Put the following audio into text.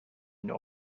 nor